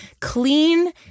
Clean